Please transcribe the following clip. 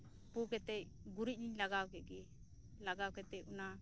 ᱯᱩ ᱠᱟᱛᱮᱜ ᱜᱩᱨᱤᱡ ᱤᱧ ᱞᱟᱜᱟᱣ ᱠᱮᱜ ᱜᱮ ᱜᱩᱨᱤᱡ ᱞᱟᱜᱟᱣ ᱠᱟᱛᱮᱜ